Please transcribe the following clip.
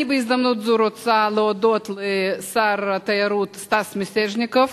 אני בהזדמנות זו אני רוצה להודות לשר התיירות סטס מיסז'ניקוב,